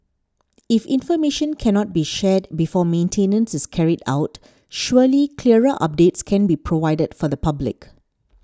if information can not be shared before maintenance is carried out surely clearer updates can be provided for the public